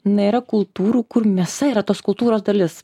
na yra kultūrų kur mėsa yra tos kultūros dalis